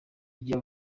igihe